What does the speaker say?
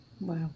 Wow